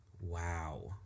Wow